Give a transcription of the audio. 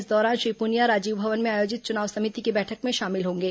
इस दौरान श्री पुनिया राजीव भवन में आयोजित चुनाव समिति की बैठक में शामिल होंगे